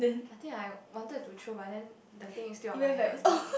I think I wanted to throw but then the thing is still on my hand